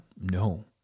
No